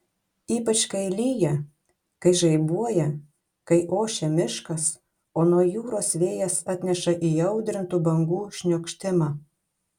ypač kai lyja kai žaibuoja kai ošia miškas o nuo jūros vėjas atneša įaudrintų bangų šniokštimą